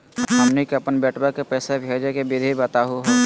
हमनी के अपन बेटवा क पैसवा भेजै के विधि बताहु हो?